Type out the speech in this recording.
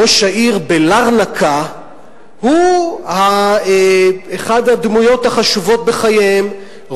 ראש העיר בלרנקה הוא אחת הדמויות החשובות בחייהם,